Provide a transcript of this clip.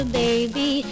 baby